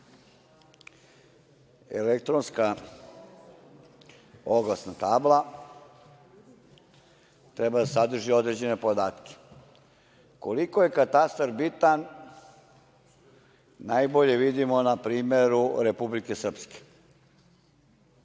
elektronska oglasna tabla treba da sadrži određene podatke. Koliko je katastar bitan najbolje vidimo na primeru Republike Srpske.